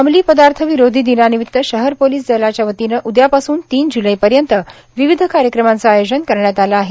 अमली पदार्थ विरोधी दिनानिमित शहर पोलीस दलाच्या वतीनं उद्यापासून तीन जुलैपर्यंत विविध कार्यक्रमाचं आयोजन करण्यात आलं आहे